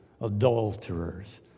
adulterers